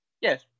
Yes